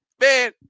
man